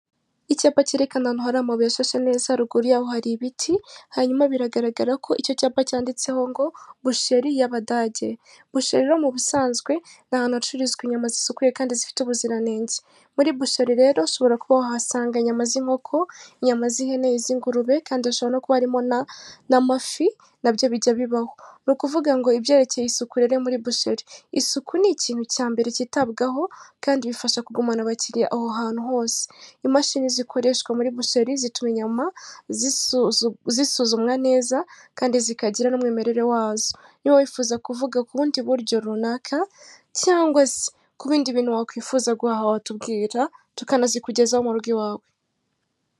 Icyapa kerekana ahantu hari amabuye ashashe neza haruguru yaho hari ibiti hanyuma bigaragara ko icyo cyapa cyanditseho ngo busheri y'abadage busheri rero mu busanzwe ni ahantu hacururizwa inyama zisukuye kandi zifite ubuziranenge muri busheri rero ushobora kuba wahasanga inyama z'inkoko. inyama z'ihene, z'ingurube kandi zishobora no kuba harimo n'amafi nabyo bijya bibaho ni ukuvuga ngo ibyerekeye isuku ni ikintu cya mbere kitabwagaho kandi bifasha kugumana abakiriya aho hantu hose imashini zikoreshwa mu busheri zituma inyuma zisuzumwa neza kandi zikagira n'umwimerere wazo niba wifuza kuvuga ku bundi buryo runaka cyangwa se kubindi bintu wakwifuza guhaha watubwira tukanazikugezaho mu rugo iwawe.